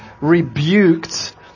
rebuked